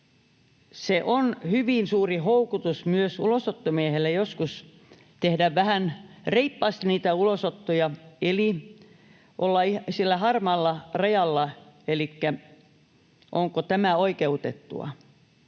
myös hyvin suuri houkutus ulosottomiehelle joskus tehdä vähän reippaasti niitä ulosottoja eli olla sillä harmaalla rajalla — elikkä onko tämä oikeutettua.